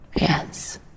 Yes